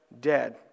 dead